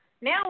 Now